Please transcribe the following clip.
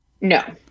No